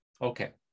okay